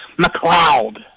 McLeod